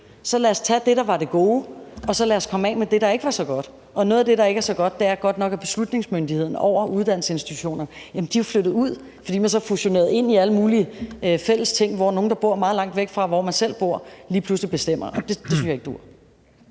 og lad os så tage det, der var det gode, og lad os komme af med det, der ikke var så godt, Og noget af det, der ikke er så godt, er godt nok, at beslutningsmyndigheden over uddannelsesinstitutioner er flyttet ud, fordi man så fusionerede ind i alle mulige fælles ting, hvor nogle, der bor meget langt væk fra, hvor man selv bor, lige pludselig bestemmer, og det synes jeg ikke duer.